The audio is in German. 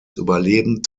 überleben